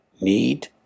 need